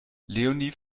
leonie